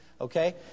Okay